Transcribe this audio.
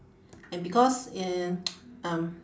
and because in um